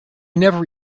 never